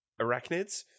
arachnids